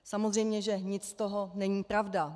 Samozřejmě že nic z toho není pravda.